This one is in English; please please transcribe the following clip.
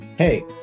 Hey